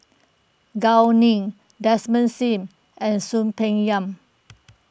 Gao Ning Desmond Sim and Soon Peng Yam